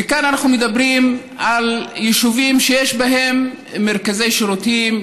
וכאן אנחנו מדברים על יישובים שיש בהם מרכזי שירותים,